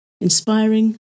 inspiring